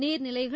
நீர்நிலைகள்